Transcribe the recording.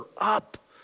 up